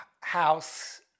house